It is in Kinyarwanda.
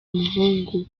umuhungu